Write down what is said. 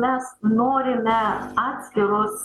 mes norime atskiros